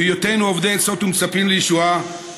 בהיותנו אובדי עצות ומצפים לישועה,